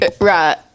Right